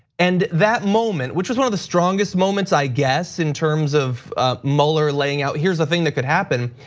and that moment, which was one of the strongest moments i guess in terms of mueller laying out here is the thing that could happen.